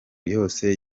yose